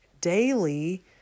daily